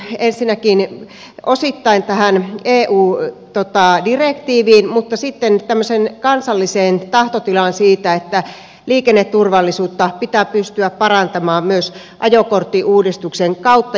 se liittyi ensinnäkin osittain tähän eu direktiiviin mutta sitten myös tämmöiseen kansalliseen tahtotilaan siitä että liikenneturvallisuutta pitää pystyä parantamaan myös ajokorttiuudistuksen kautta